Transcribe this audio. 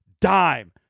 dime